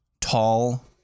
tall